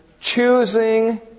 choosing